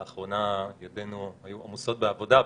לאחרונה, ידינו היו עמוסות בעבודה.